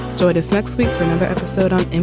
join us next week for another episode on